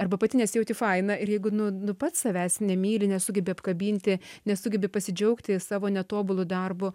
arba pati nesijauti faina ir jeigu nu nu pats savęs nemyli nesugebi apkabinti nesugebi pasidžiaugti savo netobulu darbu